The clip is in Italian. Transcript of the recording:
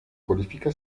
qualifica